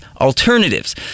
Alternatives